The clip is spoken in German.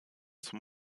zum